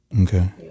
Okay